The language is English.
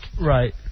Right